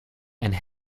and